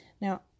Now